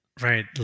right